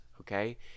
okay